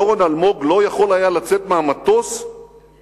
כשהאלוף במילואים דורון אלמוג לא יכול היה לצאת מהמטוס בלונדון